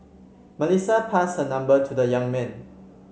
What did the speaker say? Melissa passed her number to the young man